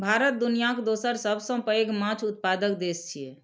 भारत दुनियाक दोसर सबसं पैघ माछ उत्पादक देश छियै